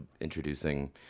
introducing